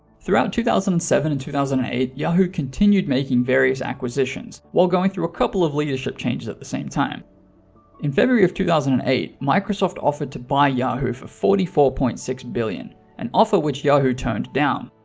throughout two thousand and seven and two thousand and eight, yahoo continued making various acquisitions while going through a couple of leadership changes. at the same time in february of two thousand and eight, microsoft offered to buy yahoo for forty four point six billion dollars, an offer which yahoo turned down.